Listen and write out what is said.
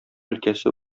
өлкәсе